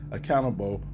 accountable